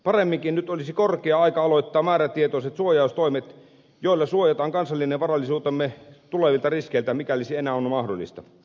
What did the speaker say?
paremminkin nyt olisi korkea aika aloittaa määrätietoiset suojaustoimet joilla suojataan kansallinen varallisuutemme tulevilta riskeiltä mikäli se enää on mahdollista